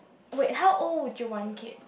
wait how old would you want kid